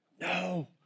No